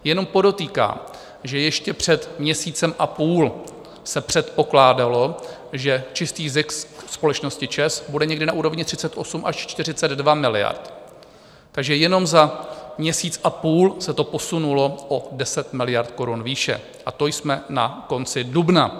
Jenom podotýkám, že ještě před měsícem a půl se předpokládalo, že čistý zisk společnost ČEZ bude někde na úrovni 38 až 42 miliard, takže jenom za měsíc a půl se to posunulo o 10 miliard korun výše, a to jsme na konci dubna.